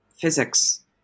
physics